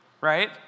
right